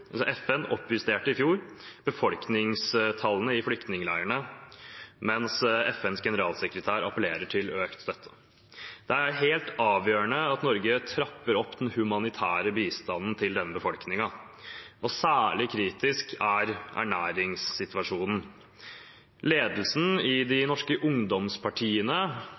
befolkningstallene i flyktningleirene, mens FNs generalsekretær appellerer til økt støtte. Det er helt avgjørende at Norge trapper opp den humanitære bistanden til denne befolkningen, og særlig kritisk er ernæringssituasjonen. Ledelsen i de norske ungdomspartiene